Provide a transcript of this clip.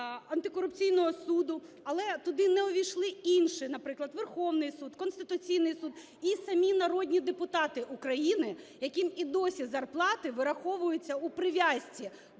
Антикорупційного суду, але туди не увійшли інші, наприклад, Верховний Суд, Конституційний Суд і самі народні депутати України, яким і досі зарплати вираховуються у прив'язці